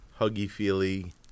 huggy-feely